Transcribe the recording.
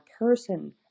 person